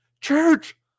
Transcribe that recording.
Church